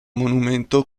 monumento